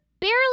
barely